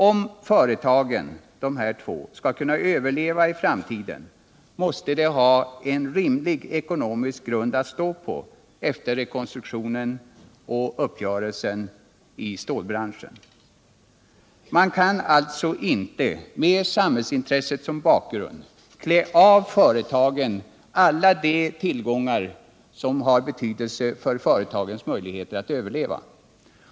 Om dessa båda företag skall kunna överleva i framtiden måste de ha en rimlig ekonomisk grund att stå på efter rekonstruktionen och uppgörelsen i stålbranschen. Med samhällsintresset som bakgrund kan man alltså inte klä av företagen alla de tillgångar som har betydelse för deras möjligheter att överleva.